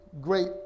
great